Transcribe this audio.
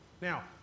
Now